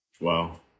Wow